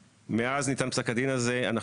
מאז ניתן פסק הדין הזה,